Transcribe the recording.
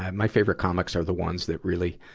my favorite comics are the ones that really,